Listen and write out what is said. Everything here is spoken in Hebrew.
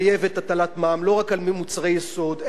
רק על מוצרי יסוד אלא גם על תרופות,